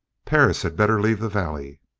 perris had better leave the valley.